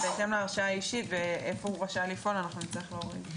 "ובהתאם להרשאה האישית" ואיפה הוא "רשאי לפעול" אנחנו נצטרך להוריד.